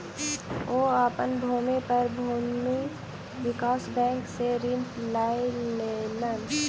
ओ अपन भूमि पर भूमि विकास बैंक सॅ ऋण लय लेलैन